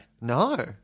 no